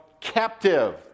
captive